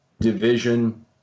division